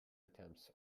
attempts